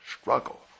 struggle